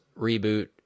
reboot